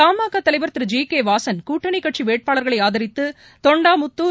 தாமகதலைவர் திரு ஜி கேவாசன் கூட்டணிகட்சிவேட்பாளர்களைஆதரித்துதொண்டாமுத்துர்